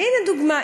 והנה דוגמה.